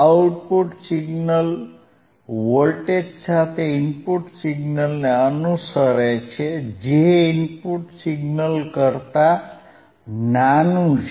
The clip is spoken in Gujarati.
આઉટપુટ સિગ્નલ વોલ્ટેજ સાથે ઇનપુટ સિગ્નલને અનુસરે છે જે ઇનપુટ સિગ્નલ કરતા નાનું છે